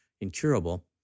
incurable